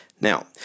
Now